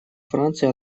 франция